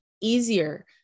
easier